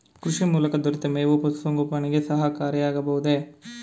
ಕೃಷಿ ಮೂಲಕ ದೊರೆತ ಮೇವು ಪಶುಸಂಗೋಪನೆಗೆ ಸಹಕಾರಿಯಾಗಬಹುದೇ?